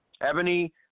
Ebony